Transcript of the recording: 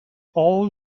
all